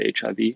hiv